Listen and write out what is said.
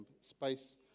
space